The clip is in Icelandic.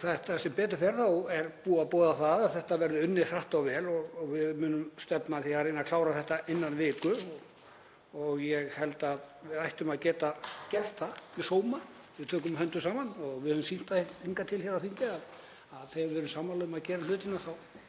þar. Sem betur fer er búið að boða að það verði unnið hratt og vel og við munum stefna að því að reyna að klára þetta innan viku. Ég held að við ættum að geta gert það með sóma ef við tökum höndum saman. Við höfum sýnt það hingað til hér á þingi að þegar við erum sammála um að gera hlutina